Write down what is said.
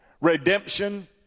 Redemption